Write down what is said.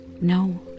No